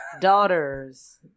Daughters